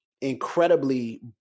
incredibly